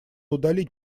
удалить